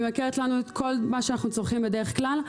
היא מייקרת לנו את כל מה שאנחנו צורכים בדרך כלל.